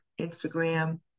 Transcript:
Instagram